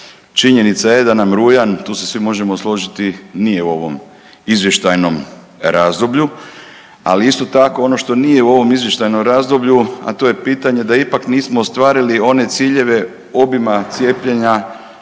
Činjenica je da nam rujan tu se svi možemo složiti nije u ovom izvještajnom razdoblju. Ali isto tako ono što nije u ovom izvještajnom razdoblju, a to je pitanje da ipak nismo ostvarili one ciljeve obima cijepljenja